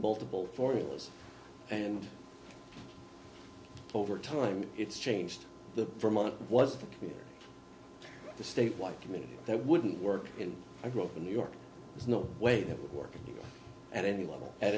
multiple formulas and over time it's changed the vermont was the state like to me that wouldn't work and i grew up in new york there's no way that would work at any level at